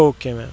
okay ma'am